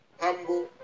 humble